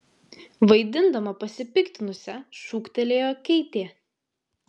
vaidindama pasipiktinusią šūktelėjo keitė